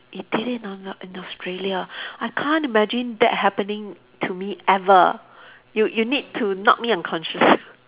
you did it on on in Australia I can't imagine that happening to me ever you you need to knock me unconscious